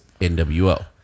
NWO